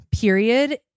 period